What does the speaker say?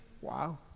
Wow